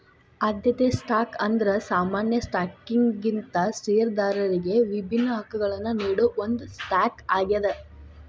ಆದ್ಯತೆ ಸ್ಟಾಕ್ ಅಂದ್ರ ಸಾಮಾನ್ಯ ಸ್ಟಾಕ್ಗಿಂತ ಷೇರದಾರರಿಗಿ ವಿಭಿನ್ನ ಹಕ್ಕಗಳನ್ನ ನೇಡೋ ಒಂದ್ ಸ್ಟಾಕ್ ಆಗ್ಯಾದ